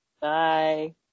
Bye